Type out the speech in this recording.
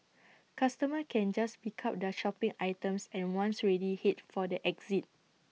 customers can just pick up their shopping items and once ready Head for the exit